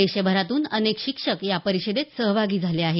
देशभरातून अनेक शिक्षक या परिषदेत सहभागी झाले आहेत